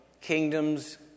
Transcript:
kingdoms